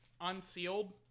unsealed